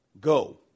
Go